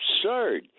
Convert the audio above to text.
absurd